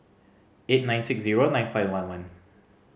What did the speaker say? eight nine six zero nine five one one